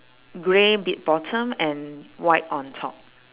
grey bit bottom and white on top